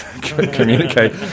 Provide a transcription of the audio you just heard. communicate